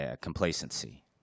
complacency